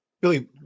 Billy